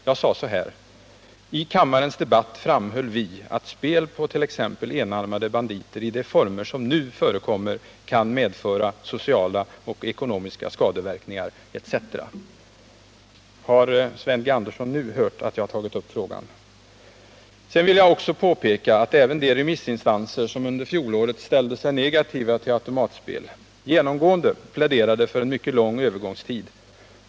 Jag sade så här: ”I kammarens debatt framhöll vi att spel på t.ex. enarmade banditer — i de former som nu förekommer — kan medföra sociala och ekonomiska skadeverkningar.” Har Sven G. Andersson nu hört att jag har tagit upp frågan? Sedan vill jag påpeka att även de remissinstanser som under fjolåret ställde sig negativa till automatspel genomgående pläderade för en mycket lång övergångstid.